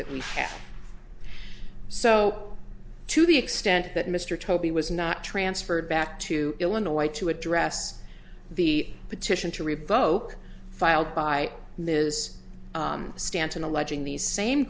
that we have so to the extent that mr toby was not transferred back to illinois to address the petition to revoke filed by ms stanton alleging these same